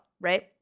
right